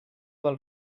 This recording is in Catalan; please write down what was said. del